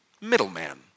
middleman